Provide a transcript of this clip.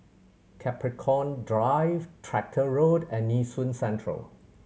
Capricorn Drive Tractor Road and Nee Soon Central